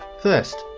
first,